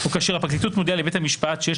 או כאשר הפרקליטות מודיעה לבית המשפט שיש